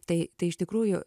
tai tai iš tikrųjų